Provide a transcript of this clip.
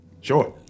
Sure